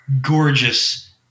gorgeous